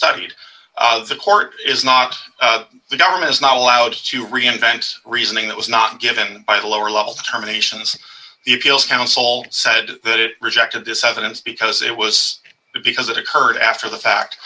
studied the court is not the government is not allowed to reinvent reasoning that was not given by the lower level terminations the appeals council said that it rejected this evidence because it was because it occurred after the fact